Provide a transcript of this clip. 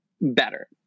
better